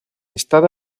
estado